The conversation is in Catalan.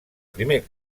primer